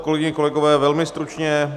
Kolegyně, kolegové, velmi stručně.